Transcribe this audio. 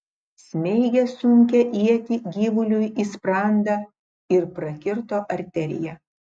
smeigė sunkią ietį gyvuliui į sprandą ir prakirto arteriją